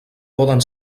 poden